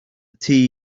tea